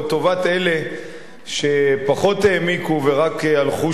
אבל לטובת אלה שפחות העמיקו ורק הלכו